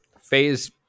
Phase